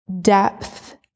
depth